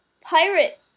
pirate